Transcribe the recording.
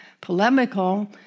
polemical